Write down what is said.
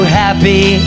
happy